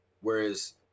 Whereas